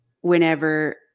whenever